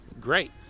Great